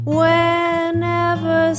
whenever